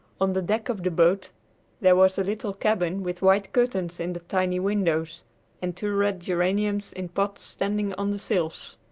on the deck of the boat there was a little cabin with white curtains in the tiny windows and two red geraniums in pots standing on the sills.